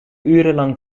urenlang